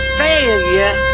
failure